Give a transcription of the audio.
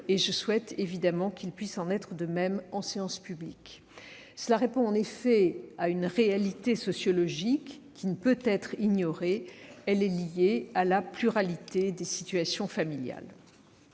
Je souhaite évidemment qu'il puisse en être de même en séance publique. Cela répond en effet à une réalité sociologique qui ne peut être ignorée ; elle est liée à la pluralité des situations familiales.